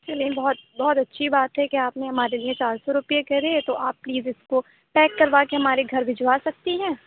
چلیں بہت بہت اچھی بات ہے کہ آپ نے ہمارے لیے چار سو روپیے کرے تو آپ پلیز اِس کو پیک کروا کے ہمارے گھر بھجوا سکتی ہیں